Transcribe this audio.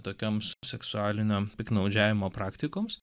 tokioms seksualinio piktnaudžiavimo praktikoms